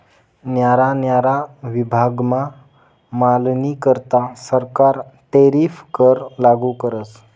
न्यारा न्यारा विभागमा मालनीकरता सरकार टैरीफ कर लागू करस